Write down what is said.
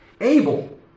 Abel